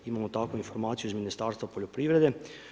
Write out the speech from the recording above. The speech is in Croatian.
Imamo takvu informaciju iz Ministarstva poljoprivrede.